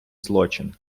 злочин